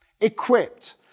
equipped